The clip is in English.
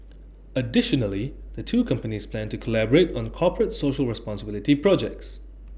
additionally the two companies plan to collaborate on corporate social responsibility projects